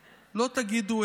אנחנו לקראת יום